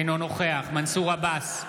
אינו נוכח מנסור עבאס,